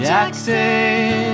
Jackson